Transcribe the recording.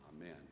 Amen